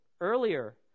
earlier